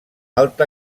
alta